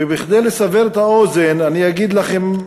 וכדי לסבר את האוזן אני אגיד לכם,